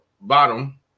bottom